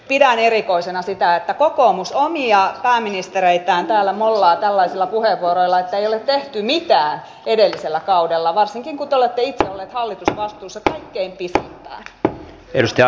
pidän erikoisena sitä että kokoomus omia pääministereitään täällä mollaa tällaisilla puheenvuoroilla että ei ole tehty mitään edellisellä kaudella varsinkin kun te olette itse olleet hallitusvastuussa kaikkein pisimpään